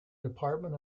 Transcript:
department